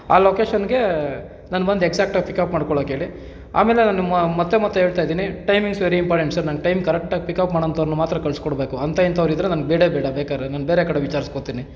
ಆ ಲೊಕೇಶನ್ಗೆ ನನ್ನ ಬಂದು ಎಕ್ಸಾಕ್ಟಾಗಿ ಪಿಕಪ್ ಮಾಡ್ಕೊಳಕ್ಕೆ ಹೇಳಿ ಆಮೇಲೆ ನಾನು ಮತ್ತೆ ಹೇಳ್ತಾಯಿದಿನಿ ಟೈಮಿಂಗ್ಸ್ ವೆರಿ ಇಂಪಾರ್ಟೆಂಟ್ ಸರ್ ನನ್ಗೆ ಟೈಮ್ ಕರೆಕ್ಟಾಗಿ ಪಿಕಪ್ ಮಾಡೋಂಥವ್ರನ್ನ ಮಾತ್ರ ಕಳಿಸ್ಕೊಡ್ಬೇಕು ಅಂಥ ಇಂಥವರಿದ್ರೆ ನಂಗೆ ಬೇಡ್ವೆ ಬೇಡ ಬೇಕಾದ್ರೆ ನಾನು ಬೇರೆ ಕಡೆ ವಿಚಾರಿಸ್ಕೊತೀನಿ